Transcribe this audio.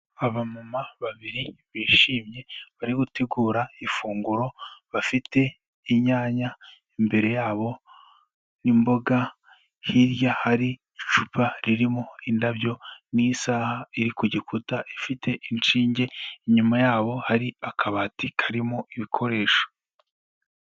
Abamama babiri bishimye bari gutegura ifunguro bafite inyanya imbere yabo, imboga hirya hari icupa ririmo indabyo n'isaha iri ku gikuta ifite inshinge inyuma yabo hari akabati karimo ibikoresho.